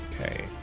Okay